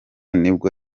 nibwo